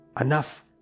enough